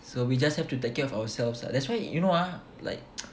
so we just have to take care of ourselves lah that's why you know ah like